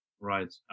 Right